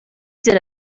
did